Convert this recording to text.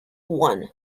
one